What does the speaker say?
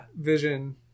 Vision